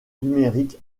numérique